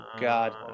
God